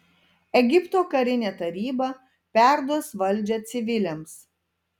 egipto karinė taryba perduos valdžią civiliams